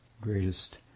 greatest